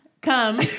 come